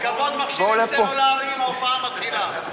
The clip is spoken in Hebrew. לכבות מכשירים סלולריים, ההופעה מתחילה.